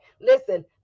Listen